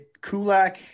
Kulak